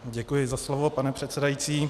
Děkuji za slovo, pane předsedající.